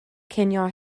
cinio